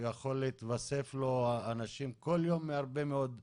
יכול להתווסף לו האנשים כל יום מהרבה מאוד סיבות,